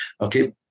okay